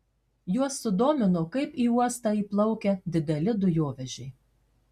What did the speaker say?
juos sudomino kaip į uostą įplaukia dideli dujovežiai